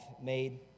made